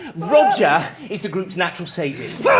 roger is the group's natural sadist.